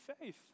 faith